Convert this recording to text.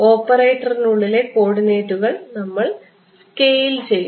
ഓപ്പറേറ്ററിനുള്ളിലെ കോർഡിനേറ്റുകൾ നമ്മൾ സ്കെയിൽ ചെയ്യുന്നു